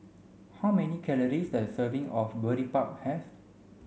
how many calories does a serving of Boribap have